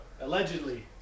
Allegedly